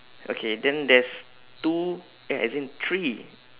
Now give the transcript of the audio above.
okay then there's two eh as in three